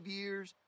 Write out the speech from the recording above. years